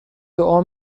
دعا